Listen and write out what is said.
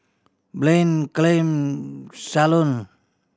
Blain Chaim Shalon